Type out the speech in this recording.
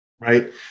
right